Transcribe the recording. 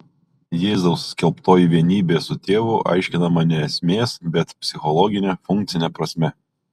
jėzaus skelbtoji vienybė su tėvu aiškinama ne esmės bet psichologine funkcine prasme